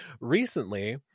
recently